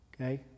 okay